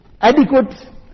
adequate